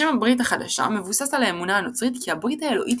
השם "ברית החדשה" מבוסס על האמונה הנוצרית כי הברית האלוהית